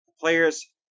Players